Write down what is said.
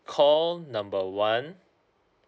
call number one